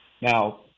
Now